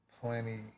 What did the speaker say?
plenty